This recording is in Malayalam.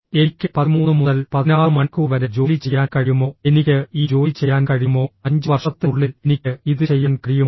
എനിക്ക് 13 മുതൽ 16 മണിക്കൂർ വരെ ജോലി ചെയ്യാൻ കഴിയുമോ എനിക്ക് ഈ ജോലി ചെയ്യാൻ കഴിയുമോ 5 വർഷത്തിനുള്ളിൽ എനിക്ക് ഇത് ചെയ്യാൻ കഴിയുമോ